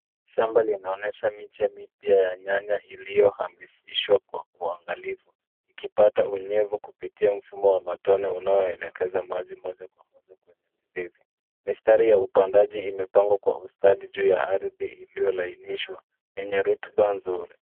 Shamba linaonyesha miche mipya ya nyanya iliyopanisihswa kwa uangalifu ukipata unyevu kupitia mfumo wa matone unaoelekeza maji moja kwa moja kwenye mizizi. mistari ya upandaji imepangwa kwa ustadi juu ya ardhi iliyolainishwa enye rotuba nzuri.